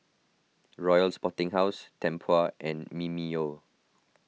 Royal Sporting House Tempur and Mimeo